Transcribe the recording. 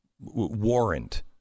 warrant